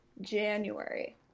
January